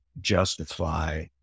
justify